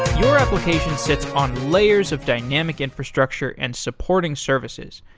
your application sits on layers of dynamic infrastructure and supporting services.